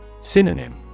Synonym